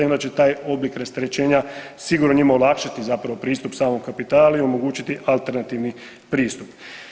Inače taj oblik rasterećenja sigurno njima olakšati zapravo pristup samom kapitalu i omogućiti alternativni pristup.